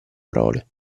prole